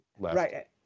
Right